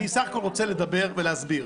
אני בסך הכול רוצה לדבר ולהסביר.